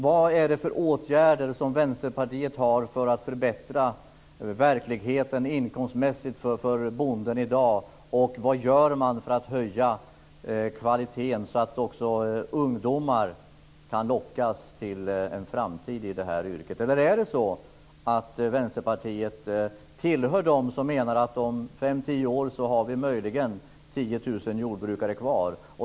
Vad är det för åtgärder som Vänsterpartiet har för att förbättra verkligheten inkomstmässigt för bonden i dag? Vad gör man för att höja kvaliteten så att också ungdomar kan lockas till en framtid i yrket? Tillhör Vänsterpartiet dem som menar att om fem-tio år har vi möjligen 10 000 jordbrukare kvar?